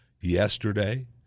yesterday